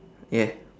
ya